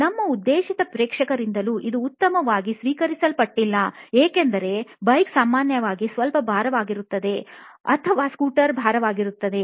ನಮ್ಮ ಉದ್ದೇಶಿತ ಪ್ರೇಕ್ಷಕರಿಂದಲೂ ಇದು ಉತ್ತಮವಾಗಿ ಸ್ವೀಕರಿಸಲ್ಪಟ್ಟಿಲ್ಲ ಏಕೆಂದರೆ ಬೈಕು ಸಾಮಾನ್ಯವಾಗಿ ಸ್ವಲ್ಪ ಭಾರವಾಗಿರುತ್ತದೆ ಅಥವಾ ಸ್ಕೂಟರ್ ಸ್ವಲ್ಪ ಭಾರವಾಗಿರುತ್ತದೆ